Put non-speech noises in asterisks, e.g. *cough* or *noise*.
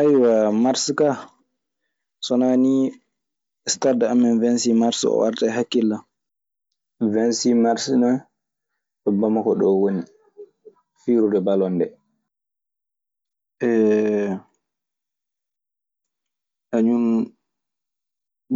Ayiwaa Marse kaa, so wanaa nii staad amen Wensii marse oo warta e hakkille an. Wensii Marse naa ko Bamako ɗoo woni, fiirude balon ndee. *hesitation* Kañun,